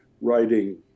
writing